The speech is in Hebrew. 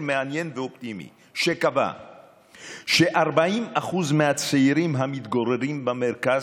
מעניין ואופטימי שקבע ש-40% מהצעירים המתגוררים במרכז,